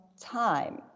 time